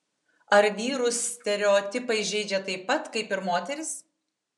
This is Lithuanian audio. ar vyrus stereotipai žeidžia taip pat kaip ir moteris